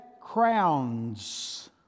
crowns